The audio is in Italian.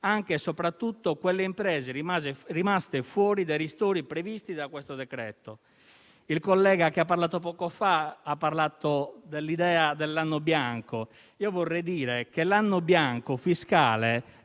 anche e soprattutto quelle imprese rimaste fuori dai ristori previsti da questo provvedimento. Il collega che è intervenuto poco fa ha parlato dell'idea dell'anno bianco. Vorrei dire che l'anno bianco fiscale